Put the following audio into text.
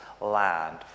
land